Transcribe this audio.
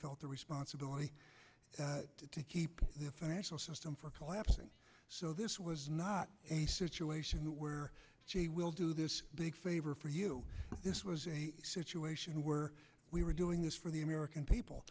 felt a responsibility to keep the financial system for collapsing so this was not a situation where she will do this big favor for you this was a situation where we were doing this for the american